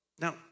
Now